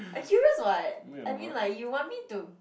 I curious [what] I mean like you want me to